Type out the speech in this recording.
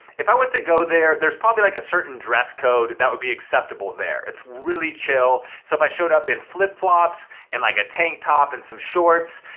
if i was to go there, there's probably like a certain dress code that would be acceptable there. it's really chill. so if i showed up in flip flops and like a tank top and some shorts,